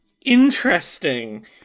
Interesting